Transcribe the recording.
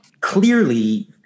Clearly